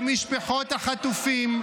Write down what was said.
למשפחות החטופים.